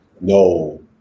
no